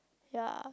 ya